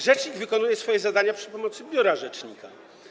Rzecznik wykonuje swoje zadania przy pomocy biura rzecznika.